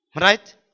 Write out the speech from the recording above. right